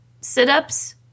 sit-ups